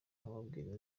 nkababwira